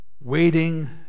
waiting